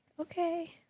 okay